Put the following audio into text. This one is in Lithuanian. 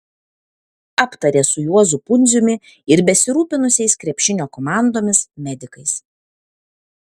aptarė su juozu pundziumi ir besirūpinusiais krepšinio komandomis medikais